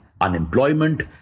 unemployment